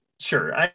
Sure